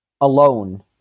alone